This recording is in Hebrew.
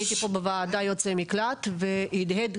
אני הייתי פה בוועדת יוצאי מקלט וזה הדהד,